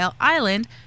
island